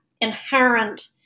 inherent